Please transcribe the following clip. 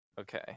okay